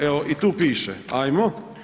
Evo i tu piše, ajmo.